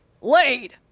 laid